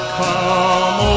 come